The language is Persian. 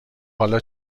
حالا